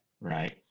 right